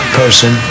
person